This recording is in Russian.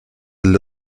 для